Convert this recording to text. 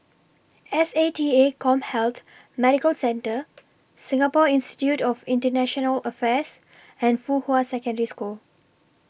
S A T A Commhealth Medical Centre Singapore Institute of International Affairs and Fuhua Secondary School